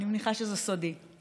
אני מניחה שזה סודי.